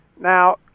Now